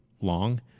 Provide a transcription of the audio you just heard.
long